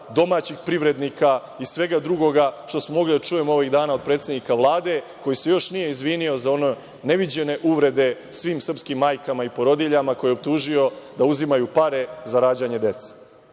domaćih privrednika i svega drugoga što smo mogli da čujemo ovih dana od predsednika Vlade, koji se još nije izvinio za one neviđene uvrede svim srpskim majkama i porodiljama, koje je optužio da uzimaju pare za rađanje dece. To